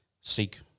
seek